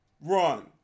run